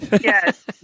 Yes